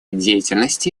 деятельности